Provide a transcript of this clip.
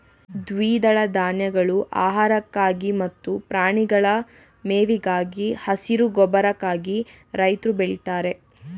ದ್ವಿದಳ ಧಾನ್ಯಗಳು ಆಹಾರಕ್ಕಾಗಿ ಮತ್ತು ಪ್ರಾಣಿಗಳ ಮೇವಿಗಾಗಿ, ಹಸಿರು ಗೊಬ್ಬರಕ್ಕಾಗಿ ರೈತ್ರು ಬೆಳಿತಾರೆ